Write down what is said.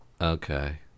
Okay